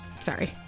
Sorry